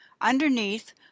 Underneath